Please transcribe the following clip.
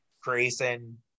Grayson